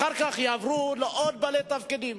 אחר כך יעברו לעוד בעלי תפקידים,